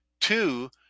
two